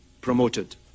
promoted